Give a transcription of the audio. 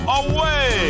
away